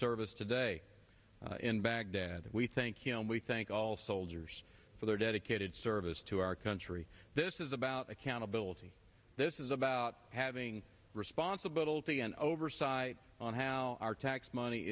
service today in baghdad that we thank you and we thank all soldiers for their dedicated service to our country this is about accountability this is about having responsibility and oversight on how our tax money